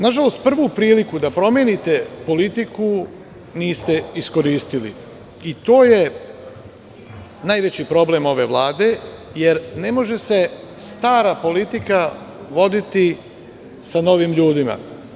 Nažalost, prvu priliku da promenite politiku niste iskoristili i to je najveći problem ove vlade, jer ne može se stara politika voditi sa novim ljudima.